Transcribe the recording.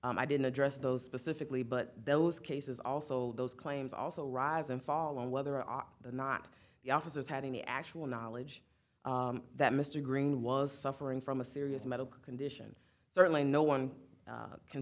i didn't address those specifically but those cases also those claims also rise and fall on whether on the not the officers having the actual knowledge that mr green was suffering from a serious medical condition certainly no one can